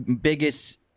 biggest